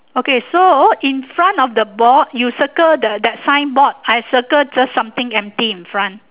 okay so in front of the board you circle the that signboard I circle just something empty in front